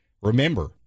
remember